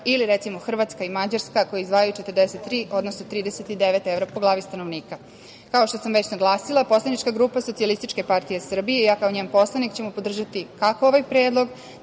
ili, recimo, Hrvatska i Mađarska, koje izdvajaju 43, odnosno 39 evra po glavi stanovnika. Kao što sam već naglasila, poslanička grupa SPS i ja kao njen poslanik ćemo podržati kako ovaj predlog,